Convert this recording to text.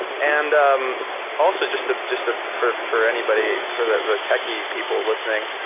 and um also just just ah for for anybody, for the the techy people listening,